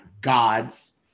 gods